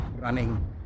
running